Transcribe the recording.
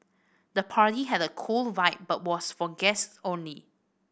the party had a cool vibe but was for guests only